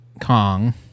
Kong